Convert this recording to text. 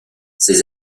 ses